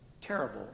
terrible